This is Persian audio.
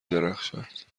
درخشد